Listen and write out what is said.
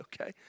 okay